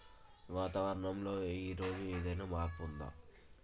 వాతావరణం లో ఈ రోజు ఏదైనా మార్పు ఉందా?